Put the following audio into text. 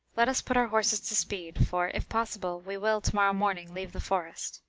let us put our horses to speed, for, if possible, we will, to-morrow morning, leave the forest.